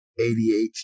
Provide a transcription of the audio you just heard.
ADHD